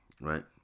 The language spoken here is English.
right